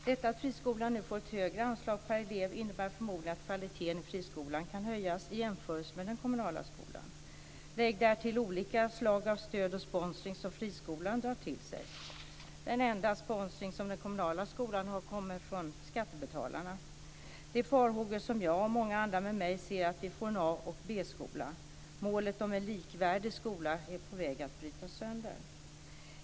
Detta att friskolan nu får ett högre anslag per elev innebär förmodligen att kvaliteten i friskolan kan höjas i jämförelse med den kommunala skolan. Lägg därtill olika slag av stöd och sponsring som friskolan drar till sig. Den enda sponsring som den kommunala skolan har kommer från skattebetalarna. De farhågor som jag och många med mig har är att vi får en A skola och en B-skola. Målet om en likvärdig skola är på väg att brytas sönder.